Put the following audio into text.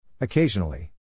Occasionally